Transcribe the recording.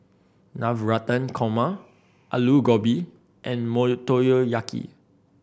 Navratan Korma Alu Gobi and Motoyaki